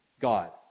God